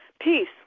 peace